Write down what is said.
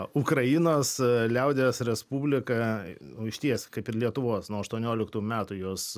ukrainos liaudies respublika o išties kaip ir lietuvos nuo aštuonioliktų metų jos